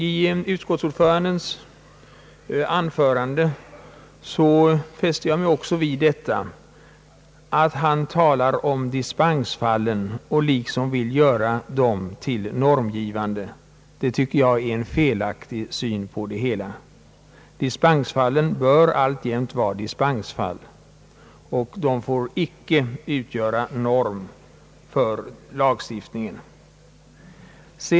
Jag fäste mig vid att utskottsordföranden i sitt anförande talade om dispensfallen och ville göra dem till normgivande. Det tycker jag är en felaktig syn på det hela. Dispensfallen bör alltjämt vara dispensfall. De får icke utgöra norm för lagstiftningen.